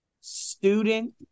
student